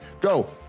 go